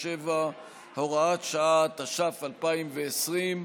67 והוראת שעה), התש"ף 2020,